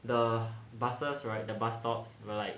the buses right the bus stops were like